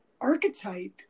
archetype